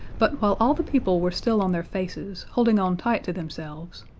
but while all the people were still on their faces, holding on tight to themselves,